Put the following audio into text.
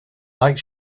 like